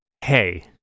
hey